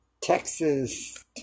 Texas